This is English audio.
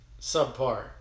subpar